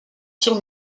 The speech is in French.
sur